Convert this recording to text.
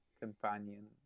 companion